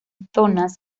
zonas